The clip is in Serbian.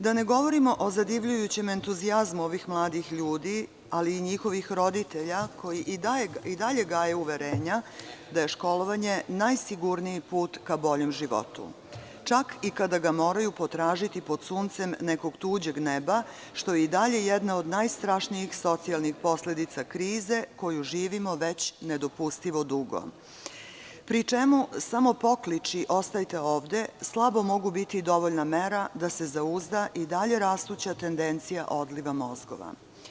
Da ne govorimo o zadivljujućem entuzijazmu ovih mladih ljudi, ali i njihovih roditelja koji i dalje gaje uverenja da je školovanje najsigurniji put ka boljem životu, čak i kada ga moraju potražiti pod suncem nekog tuđeg neba, što je i dalje jedna od najstrašnijih socijalnih posledica krize koju živimo već nedopustivo dugo, pri čemu samo poklici: „ostajte ovde“ slabo mogu biti dovoljna mera da se zauzda i dalje rastuća tendencija odliva mozgova.